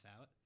out